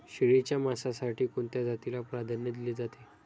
शेळीच्या मांसासाठी कोणत्या जातीला प्राधान्य दिले जाते?